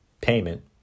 payment